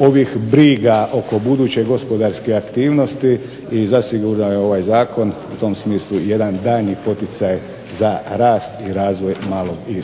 ovih briga oko buduće gospodarske aktivnosti, i zasigurno je ovaj zakon u tom smislu jedan daljnji poticaj za rast i razvoj malog i